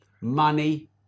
money